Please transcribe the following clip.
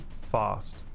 fast